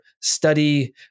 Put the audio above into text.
study